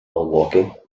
milwaukee